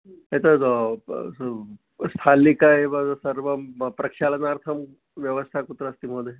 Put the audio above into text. एतद् स्थालिका एव तत्सर्वं प्रक्षालनार्थं व्यवस्था कुत्र अस्ति महोदयः